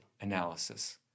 analysis